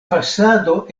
fasado